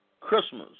Christmas